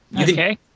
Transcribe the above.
okay